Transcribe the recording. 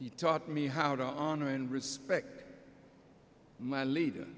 he taught me how to honor and respect my leader